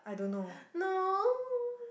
no